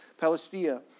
Palestine